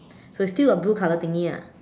so it's still a blue color thingy lah